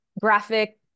graphic